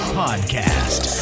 podcast